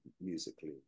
musically